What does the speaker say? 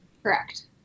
Correct